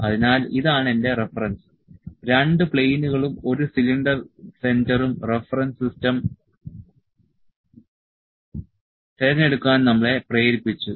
അതിനാൽ ഇതാണ് എന്റെ റഫറൻസ് രണ്ട് പ്ലെയിനുകളും ഒരു സിലിണ്ടർ സെന്ററും റഫറൻസ് സിസ്റ്റം തിരഞ്ഞെടുക്കാൻ നമ്മളെ പ്രേരിപ്പിച്ചു